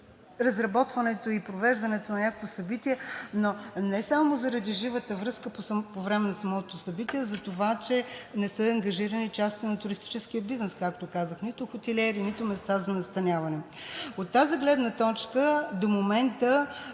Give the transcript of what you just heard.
разработването и провеждането на някакво събитие, но не само заради живата връзка по време на самото събитие, а затова, че не са ангажирани части на туристическия бизнес, както казахме – нито хотелиери, нито места за настаняване. От тази гледна точка до момента